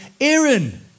Aaron